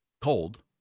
cold